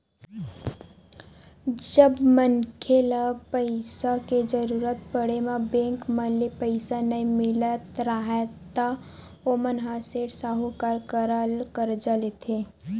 जब मनखे ल पइसा के जरुरत पड़े म बेंक मन ले पइसा नइ मिलत राहय ता ओमन ह सेठ, साहूकार करा करजा लेथे